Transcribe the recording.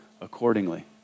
accordingly